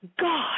God